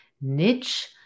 niche